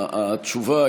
התשובה,